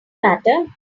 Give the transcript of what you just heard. matter